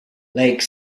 lake